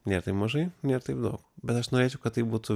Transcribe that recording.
nėra taip mažai nėr taip daug bet aš norėčiau kad tai būtų